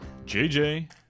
JJ